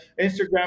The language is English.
Instagram